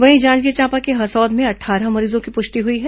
वहीं जांजगीर चांपा के हसौद में अट्ठारह मरीजों की पुष्टि हुई है